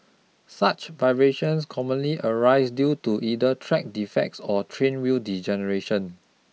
such vibrations commonly arise due to either track defects or train wheel degradation